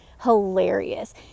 hilarious